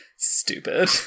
Stupid